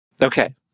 Okay